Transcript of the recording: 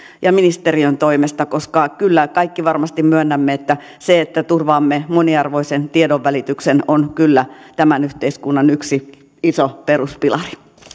ja ministeriön toimesta koska kaikki varmasti myönnämme että se että turvaamme moniarvoisen tiedonvälityksen on kyllä tämän yhteiskunnan yksi iso peruspilari